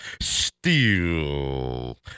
steal